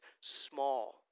small